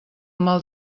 mal